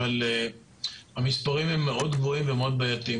אבל המספרים הם מאוד גבוהים ומאוד בעייתיים,